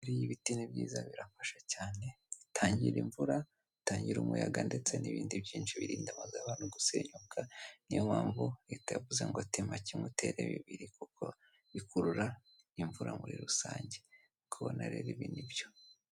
Buriya ibiti ni byiza birafasha cyane bitangira imvura bitangira umuyaga ndetse n'ibindi byinshi birinda ama no gusenyuka niyo mpamvu Leta yavuze ngot tema kimwe utere bibiri kuko bikurura imvura muri rusange nkuko ubibona rero ibi ni byo.